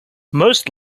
most